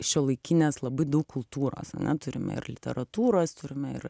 šiuolaikinės labai daug kultūros ane turime ir literatūros turime ir